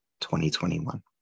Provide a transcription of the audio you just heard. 2021